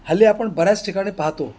हल्ली आपण बऱ्याच ठिकाणी पाहतो